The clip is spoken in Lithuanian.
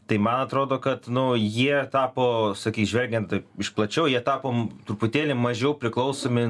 tai man atrodo kad nu jie tapo sakei žvelgiant iš plačiau jie tapo truputėlį mažiau priklausomi